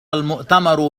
المؤتمر